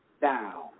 down